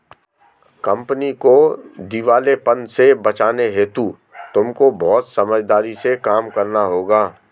company को दिवालेपन से बचाने हेतु तुमको बहुत समझदारी से काम करना होगा